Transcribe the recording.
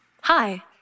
Hi